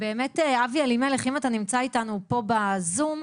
באמת אבי אלימלך, אם אתה נמצא איתנו פה בזום,